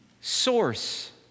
source